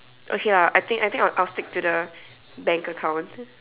okay lah I think I think I will stick to the bank account